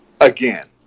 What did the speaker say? Again